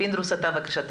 ח"כ פינדרוס בבקשה.